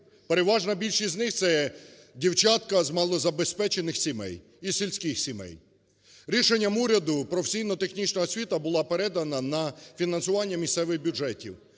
Переважна більшість із них – це дівчатка з малозабезпечених сімей і сільських сімей. Рішенням уряду професійно-технічна освіта була передана на фінансування місцевих бюджетів,